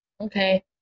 Okay